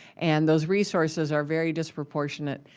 and those resources are very disproportionate.